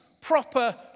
Proper